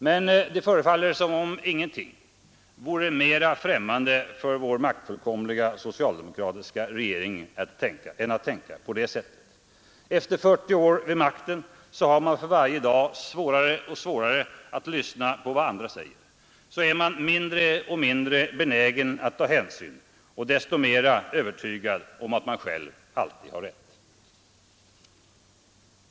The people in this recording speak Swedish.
Men ingenting tycks vara mera främmande för vår maktfullkomliga socialdemokratiska regering än att tänka så. Efter 40 år vid makten har man för varje dag svårare och svårare för att lyssna på vad andra säger, är man mindre och mindre benägen att ta hänsyn och desto mer övertygad om att man själv alltid har rätt.